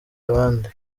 abandi